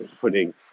putting